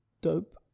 dope